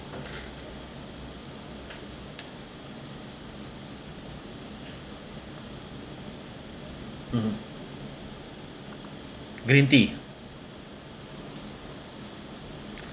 mmhmm green tea